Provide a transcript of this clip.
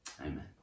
Amen